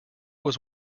was